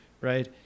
right